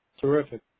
Terrific